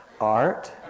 art